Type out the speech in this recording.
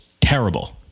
terrible